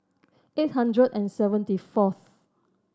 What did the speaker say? eight hundred and seventy fourth